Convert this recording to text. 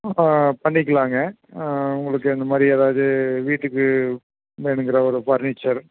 பண்ணிக்கலாங்க உங்களுக்கு அந்த மாதிரி எதாவது வீட்டுக்கு வேணும்ங்கிற ஒரு ஃபர்னிச்சர்